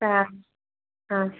સારું હા